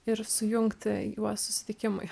ir sujungti juos susitikimui